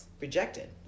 rejected